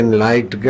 light